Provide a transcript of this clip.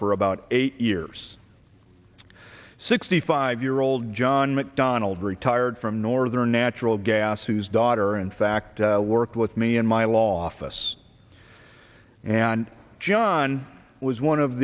for about eight years sixty five year old john mcdonald retired from northern natural gas whose daughter in fact worked with me and my loftus and john was one of